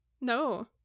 No